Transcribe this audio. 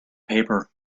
paper